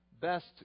best